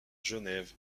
genève